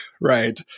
right